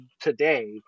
today